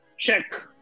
Check